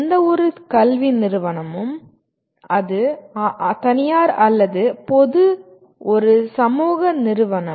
எந்தவொரு கல்வி நிறுவனமும் அது தனியார் அல்லது பொது ஒரு சமூக நிறுவனம்